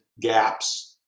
gaps